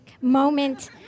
moment